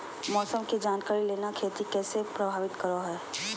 मौसम के जानकारी लेना खेती के कैसे प्रभावित करो है?